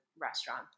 restaurant